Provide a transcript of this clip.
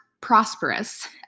prosperous